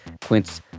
Quince